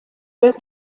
was